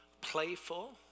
playful